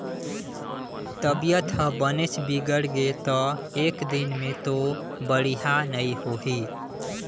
तबीयत ह बनेच बिगड़गे त एकदिन में तो बड़िहा नई होही